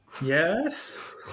Yes